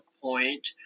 point